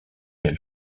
quel